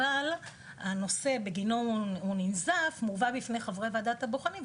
אבל הנושא שבגינו הוא ננזף מובא בפני חברי ועדת הבוחנים,